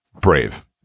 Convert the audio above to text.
Brave